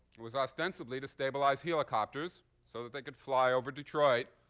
it was ostensibly to stabilize helicopters so that they could fly over detroit